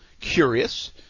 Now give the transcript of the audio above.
curious